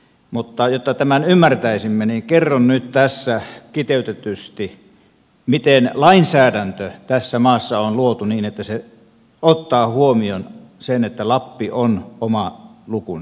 mutta jotta tämän ymmärtäisimme niin kerron nyt tässä kiteytetysti miten lainsäädäntö tässä maassa on luotu niin että se ottaa huomioon sen että lappi on oma lukunsa